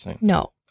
No